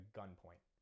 gunpoint